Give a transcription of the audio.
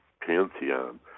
pantheon